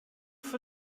für